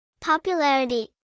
Popularity